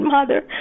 Mother